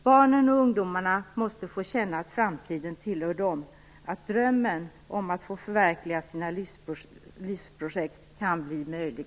Barnen och ungdomarna måste få känna att framtiden tillhör dem, att drömmen om att få förverkliga sina livsprojekt kan bli verklig.